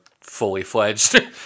fully-fledged